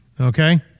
Okay